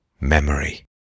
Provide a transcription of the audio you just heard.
memory